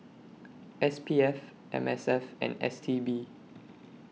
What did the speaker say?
S P F M S F and S T B